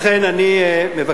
לכן אני מבקש,